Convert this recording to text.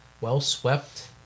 well-swept